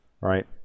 right